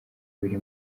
biri